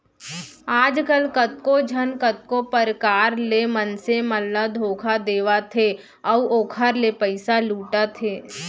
आजकल कतको झन कतको परकार ले मनसे मन ल धोखा देवत हे अउ ओखर ले पइसा लुटत हे